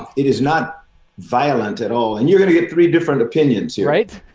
it is not violent at all. and you're going to get three different opinions, right?